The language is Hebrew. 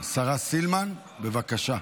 השרה סילמן, בבקשה.